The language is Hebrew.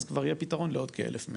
אז כבר יהיה פיתרון לעוד כ-1100.